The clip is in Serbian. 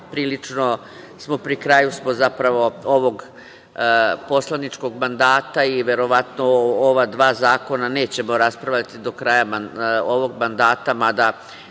zakona. Pri kraju smo ovog poslaničkog mandata i verovatno o ova dva zakona nećemo raspravljati do kraja ovog mandata, mada